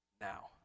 now